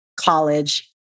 college